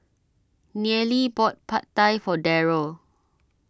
Nealie bought Pad Thai for Darryle